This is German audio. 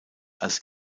als